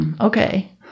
Okay